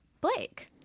Blake